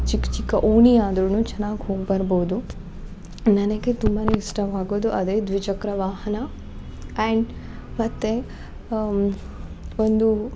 ಚಿಕ್ಕ ಚಿಕ್ಕ ಓಣಿಯಾದ್ರೂ ಚೆನ್ನಾಗಿ ಹೋಗಿ ಬರ್ಬೋದು ನನಗೆ ತುಂಬ ಇಷ್ಟವಾಗೋದು ಅದೇ ದ್ವಿಚಕ್ರ ವಾಹನ ಆ್ಯಂಡ್ ಮತ್ತು ಒಂದು